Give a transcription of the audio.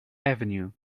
avenue